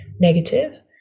negative